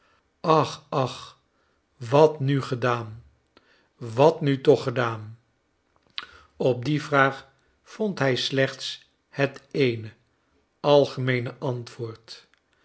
ach ach wat nu gedaan wat nu toch gedaan op die vraag vond hij slechts het eene algemeene antwoord